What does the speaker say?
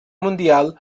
mundial